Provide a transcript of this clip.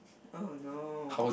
oh no